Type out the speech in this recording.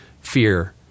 fear